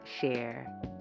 share